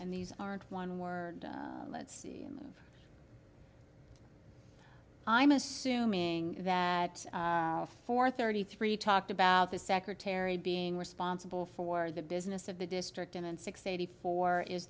and these aren't one word let's move i'm assuming that the four thirty three talked about the secretary being responsible for the business of the district and six eighty four is